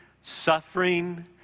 suffering